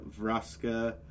Vraska